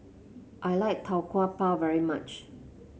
I like Tau Kwa Pau very much